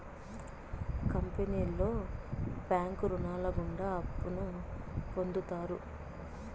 కంపెనీలో బ్యాంకు రుణాలు గుండా అప్పును పొందుతారు